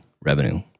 revenue